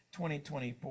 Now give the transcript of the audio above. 2024